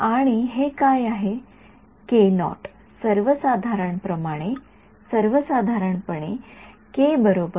आणि हे काय आहे सर्वसाधारणपणे होणार आहे